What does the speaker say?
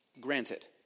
granted